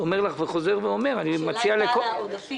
אגב התפלאתי שלא ראיתי במצגת היפה והערוכה